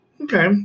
Okay